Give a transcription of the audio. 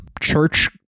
church